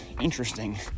interesting